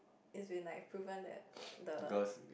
it's been like proven that the